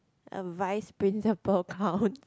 a vice principal counts